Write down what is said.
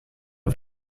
auf